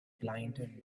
blinded